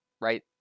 Right